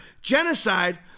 genocide